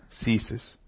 ceases